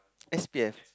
s_p_f